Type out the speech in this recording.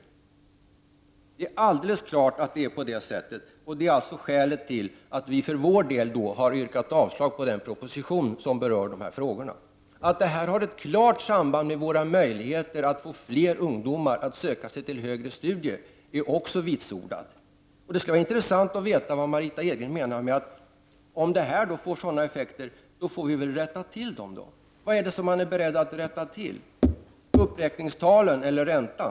Det är alldeles uppenbart att det är så, och det är alltså skälet till att vi för vår del har yrkat avslag på den proposition som rör de här frågorna. Att detta har ett klart samband med våra möjligheter att få fler ungdomar att söka sig till högre studier är också vitsordat. Och det skulle vara intressant att få veta vad Margitta Edgren menar med att om det här förslaget får sådana effekter, då får vi väl rätta till dem. Vad är det som man är beredd att rätta till? Är det uppräkningstalen eller räntan?